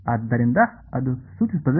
ಆದ್ದರಿಂದ ಅದು ಸೂಚಿಸುತ್ತದೆ